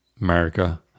america